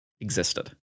existed